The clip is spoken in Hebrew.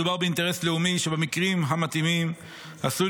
מדובר באינטרס הלאומי שבמקרים המתאימים עשוי